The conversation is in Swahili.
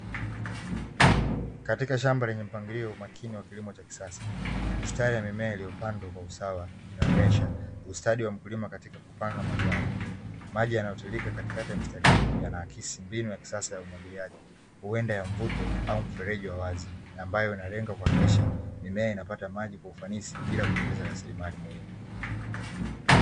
Katika shamba lenye mpangilio makini wa kilimo cha kisasa, mistari ya mimea iliyopandwa kwa usawa inaonesha ustadi wa mkulima katika kupanga mazao. Maji yanayotiririka katikati ya mistari hiyo yanaakisi mbinu ya kisasa ya umwagiliaji, uenda ya mvuto au mfereji wa wazi. Ambayo yanalenga kuhakikisha mimea inapata maji kwa ufanisi bila kupoteza rasilimali muhimu.